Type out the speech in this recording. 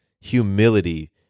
humility